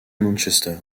manchester